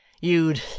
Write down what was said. you'd